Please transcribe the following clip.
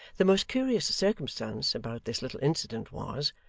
the most curious circumstance about this little incident was,